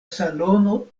salono